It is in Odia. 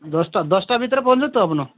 ଦଶଟା ଦଶଟା ଭିତରେ ପହଞ୍ଚିବେ ତ ଆପଣ